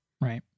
Right